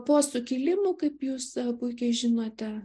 po sukilimų kaip jūs puikiai žinote